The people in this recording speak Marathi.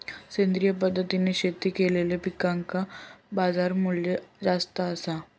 सेंद्रिय पद्धतीने शेती केलेलो पिकांका बाजारमूल्य जास्त आसा